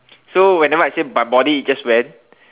so whenever I my body itches when